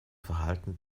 verhalten